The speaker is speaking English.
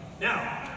Now